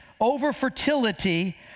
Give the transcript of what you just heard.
over-fertility